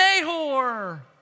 Nahor